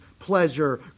pleasure